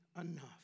enough